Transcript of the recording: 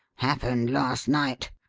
happened last night.